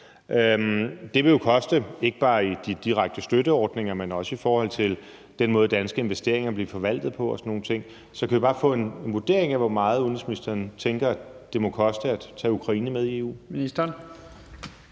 Det vil jo koste ikke bare i direkte støtteordninger, men også i forhold til den måde, danske investeringer vil blive forvaltet på og sådan nogle ting. Så kan vi bare få en vurdering af, hvor meget udenrigsministeren tænker det vil koste at tage Ukraine med i EU?